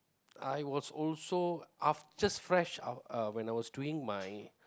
I was also af~ just fresh out uh when I was doing my